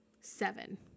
seven